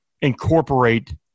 incorporate